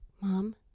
mom